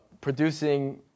producing